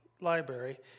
library